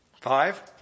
Five